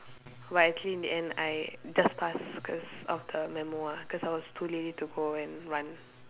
but luckily in the end I just pass cause of the memo ah cause I was too lazy to go and run